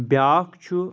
بیٛاکھ چھُ